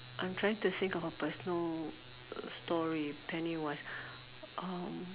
I'm trying to think of a personal story penny wise uh